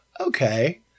Okay